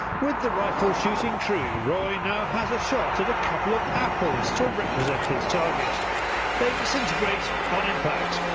with the rifle shooting true roy now has a shot at a couple of apples to represent his target they disintegrate on impact.